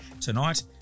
tonight